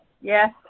Yes